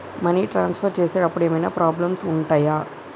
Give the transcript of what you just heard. Money transfer చేసేటప్పుడు ఏమైనా problems ఉంటయా?